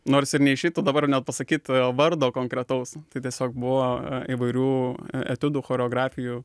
nors ir neišeitų dabar net pasakyt vardo konkretaus tai tiesiog buvo įvairių etiudų choreografijų